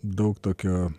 daug tokio